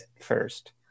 first